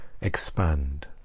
expand